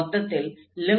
மொத்தத்தில் x→0fxgx1